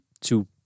two